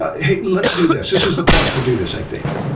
ah hey, let's do this, this is the point to do this i think.